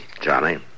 Johnny